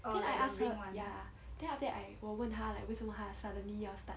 then I ask her about ya then after that I 我问她 like 为什么她 suddenly 要 start